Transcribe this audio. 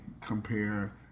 compare